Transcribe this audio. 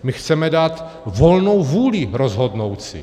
My chceme dát volnou vůli rozhodnout si.